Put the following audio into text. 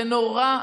זה נורא,